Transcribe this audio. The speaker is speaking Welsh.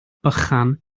bychan